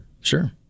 Sure